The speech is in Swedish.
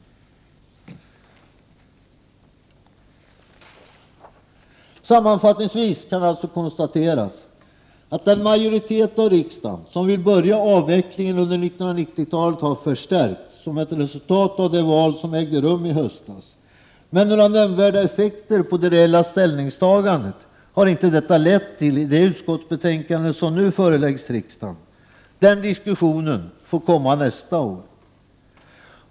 Sammanfattningsvis kan således konstateras att som ett resultat av det val som ägde rum i höstas har den majoritet av riksdagen som vill börja avvecklingen under 1990-talet förstärkts. Men några nämnvärda effekter på det reella ställningstagandet har inte detta lett till i det utskottsbetänkande som nu föreläggs riksdagen. Den diskussionen får komma nästa år.